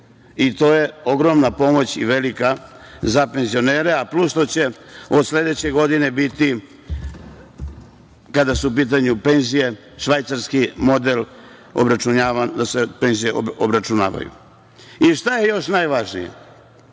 i to je ogromna pomoć za penzionere i plus što će od sledeće godine biti, kada su u pitanju penzije, švajcarski model obračunavanja penzija. Šta je još najvažnije